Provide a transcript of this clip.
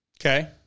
Okay